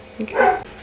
okay